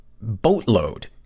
boatload